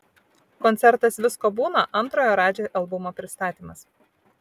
koncertas visko būna antrojo radži albumo pristatymas